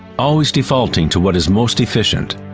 always defaulting to what is most efficient.